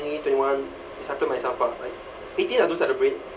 twenty one I started myself ah like eighteen I don't celebrate